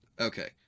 Okay